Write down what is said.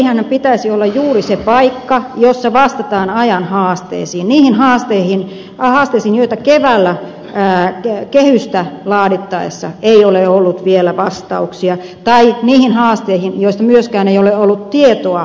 budjettiriihenhän pitäisi olla juuri se paikka jossa vastataan ajan haasteisiin niihin haasteisiin joihin keväällä kehystä laadittaessa ei ole ollut vielä vastauksia tai niihin haasteisiin joista myöskään ei ole ollut tietoa kehystä laadittaessa